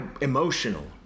emotional